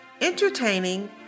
entertaining